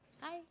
Hi